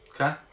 Okay